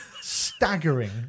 staggering